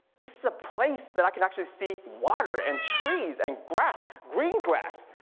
this is a place that i can actually see water and trees and grass, green grass.